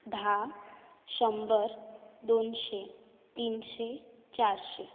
धा शंबर दोनशें तीनशें चारशें